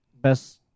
Best